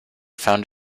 found